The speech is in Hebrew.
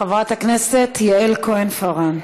חברת הכנסת יעל כהן-פארן.